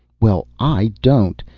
well, i don't!